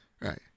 Right